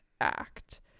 act